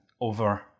over